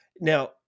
now